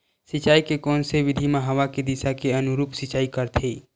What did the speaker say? सिंचाई के कोन से विधि म हवा के दिशा के अनुरूप सिंचाई करथे?